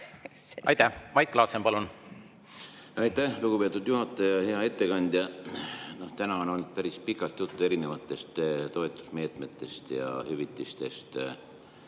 Aitäh! Mait Klaassen, palun! Aitäh, lugupeetud juhataja! Hea ettekandja! Täna on olnud päris pikalt juttu erinevatest toetusmeetmetest ja hüvitistest.